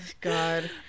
God